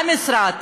המשרד,